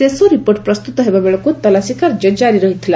ଶେଷ ରିପୋର୍ଟ ପ୍ରସ୍ତୁତ ହେବା ବେଳକୁ ତଲାସୀ କାର୍ଯ୍ୟ ଜାରି ରହିଥିଲା